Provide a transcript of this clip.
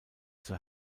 zur